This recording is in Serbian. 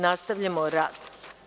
Nastavljamo rad.